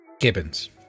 Gibbons